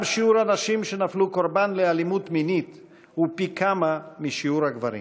גם שיעור הנשים שנפלו קורבן לאלימות מינית הוא פי כמה משיעור הגברים.